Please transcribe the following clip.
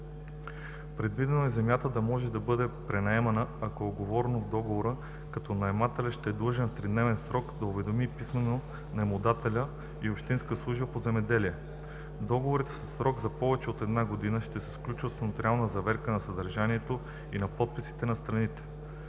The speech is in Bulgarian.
Предвидено е земята да може да бъде пренаемана, ако е уговорено в договора, като наемателят ще е длъжен в тридневен срок да уведоми писмено наемодателя и общинската служба по земеделие. Договорите със срок за повече от една година ще се сключват с нотариална заверка на съдържанието и на подписите на страните.